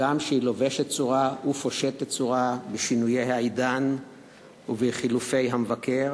הגם שהיא לובשת צורה ופושטת צורה בשינויי העידן ובחילופי המבקר,